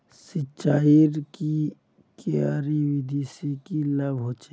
सिंचाईर की क्यारी विधि से की लाभ होचे?